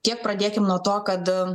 tiek pradėkim nuo to kad